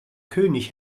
könig